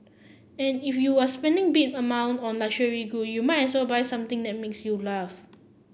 and if you're spending big among on a luxury good you might as well buy something that makes you laugh